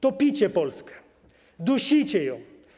Topicie Polskę, dusicie ją.